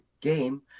game